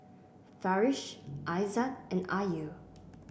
Farish Aizat and Ayu